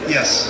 Yes